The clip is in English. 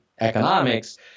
economics